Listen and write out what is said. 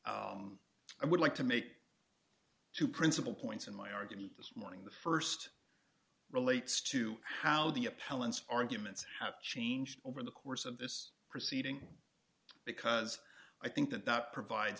i would like to make two principal points in my argument this morning the st relates to how the appellants arguments have changed over the course of this proceeding because i think that that provides